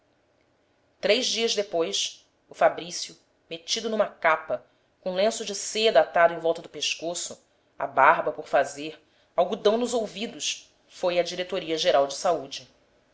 três dias depois o fabrício metido numa capa com lenço de seda atado em volta do pescoço a barba por fazer algodão nos ouvidos foi à diretoria geral de saúde